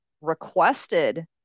requested